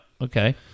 Okay